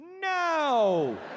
No